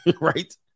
Right